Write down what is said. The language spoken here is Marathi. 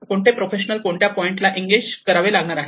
कोणते प्रोफेशनल कोणत्या पॉईंट ला एंगेज करावे लागणार आहेत